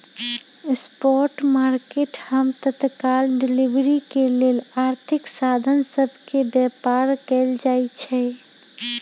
spot market हम तत्काल delivery के लेल आर्थिक साधन सभ के व्यापार कयल जाइ छइ